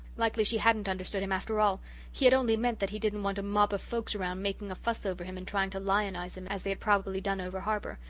likely she hadn't understood him after all he had only meant that he didn't want a mob of folks around making a fuss over him and trying to lionize him, as they had probably done over-harbour.